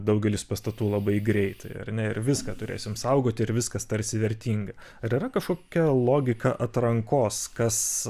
daugelis pastatų labai greitai ar ne viską turėsim saugoti ir viskas tarsi vertinga ar yra kažkokia logika atrankos kas